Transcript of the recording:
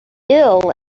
ill